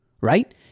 right